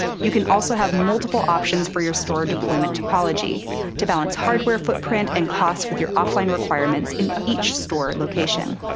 you can also have multiple options for your store deployment topology to balance hardware footprint and costs with your offline requirements in each store location.